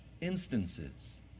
instances